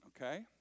okay